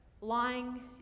lying